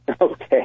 Okay